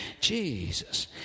Jesus